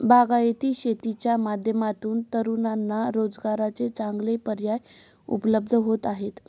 बागायती शेतीच्या माध्यमातून तरुणांना रोजगाराचे चांगले पर्याय उपलब्ध होत आहेत